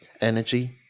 energy